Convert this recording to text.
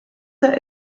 der